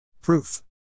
Proof